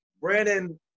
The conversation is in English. Brandon